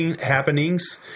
happenings